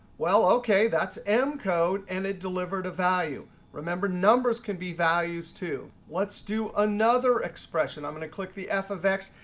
well, ok, that's m code, and it delivered a value. remember numbers can be values, too. let's do another expression. i'm going to click the f of x,